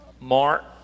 Mark